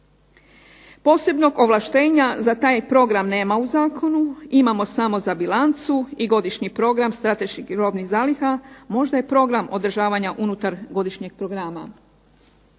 Posebnog ovlaštenja za taj program nema u zakonu. Imamo samo za bilancu i godišnji program strateških robnih zaliha. Možda je program održavanja unutar godišnjeg programa.